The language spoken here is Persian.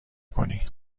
کنی